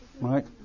right